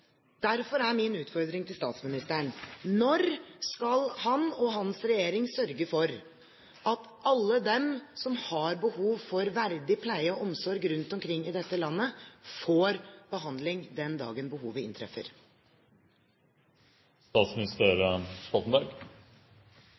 Derfor er min utfordring til statsministeren: Når skal han og hans regjering sørge for at alle de som har behov for verdig pleie og omsorg rundt omkring i dette landet, får behandling den dagen behovet